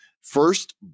first